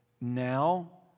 Now